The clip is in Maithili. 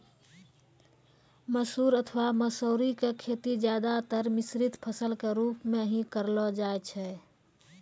मसूर अथवा मौसरी के खेती ज्यादातर मिश्रित फसल के रूप मॅ हीं करलो जाय छै